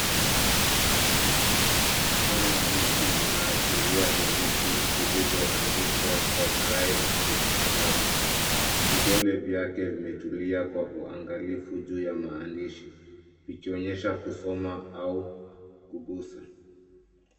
Mkono wa mtu unaashiria herufi zilizoandikwa kwa braille kwenye kitabu. Vidole vyake vimetulia kwa uangalifu juu ya maandishi, ikionyesha kusoma au kuguza.